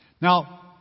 Now